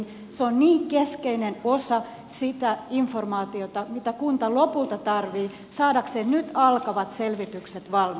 se on niin keskeinen osa sitä informaatiota mitä kunta lopulta tarvitsee saadakseen nyt alkavat selvitykset valmiiksi